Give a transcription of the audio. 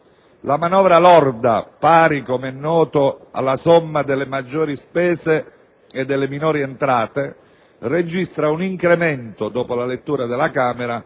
La manovra lorda - pari, com'è noto, alla somma delle maggiori spese e delle minori entrate - registra un incremento, dopo la lettura della Camera,